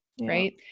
Right